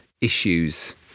issues